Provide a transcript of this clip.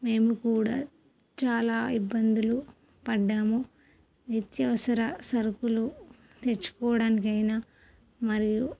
మేము కూడా చాలా ఇబ్బందులు పడ్డాము నిత్యావసర సరుకులు తెచ్చుకోవడానికి అయిన మరియు